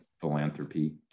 philanthropy